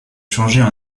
changer